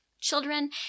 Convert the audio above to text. children